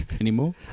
anymore